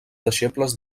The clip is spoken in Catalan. deixebles